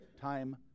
time